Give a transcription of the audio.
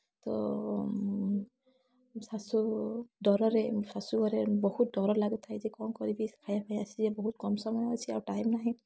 ତ ଶାଶୁ ଡରରେ ମୋ ଶାଶୁ ଘରେ ବହୁତ ଡର ଲାଗୁଥାଏ ଯେ କ'ଣ କରିବି ସେ ଖାଇବା ପାଇଁ ଆସିଯିବେ ବହୁତ କମ୍ ସମୟ ଅଛି ଆଉ ଟାଇମ ନାହିଁ